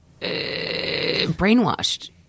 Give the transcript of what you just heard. brainwashed